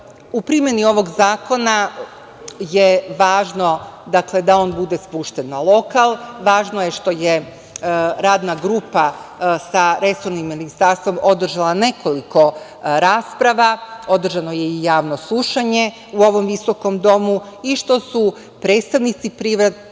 primeni ovog zakona je važno da on bude spušten na lokal, važno je što je radna grupa sa resornim ministarstvom održala nekoliko rasprava, održano je i javno slušanje u ovom visokom Domu i što su predstavnici prirede